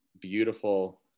beautiful